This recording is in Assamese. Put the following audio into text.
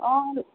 অঁ